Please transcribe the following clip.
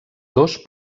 dos